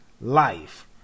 life